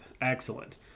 excellent